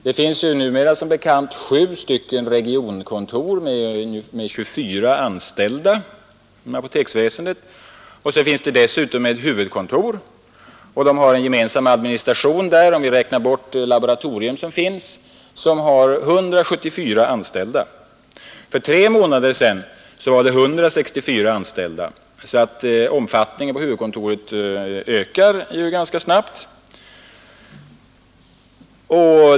Det finns numera inom apoteksväsendet som bekant sju regionkontor med 24 anställda. Dessutom finns det ett huvudkontor med en gemensam administration som, om vi räknar bort laboratoriets personal, har 174 anställda. För tre månader sedan var det 164 anställda. Huvudkontorets omfattning ökar alltså ganska snabbt.